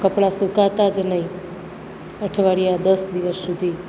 કપડાં સુકાતા જ નહીં